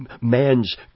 man's